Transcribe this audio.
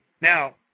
Now